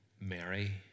Mary